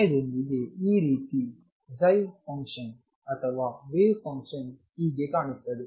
ಸಮಯದೊಂದಿಗೆ ಈ ರೀತಿ ψ ಫಂಕ್ಷನ್ ಅಥವಾ ವೇವ್ ಫಂಕ್ಷನ್ ಹೀಗೆ ಕಾಣುತ್ತದೆ